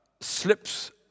slips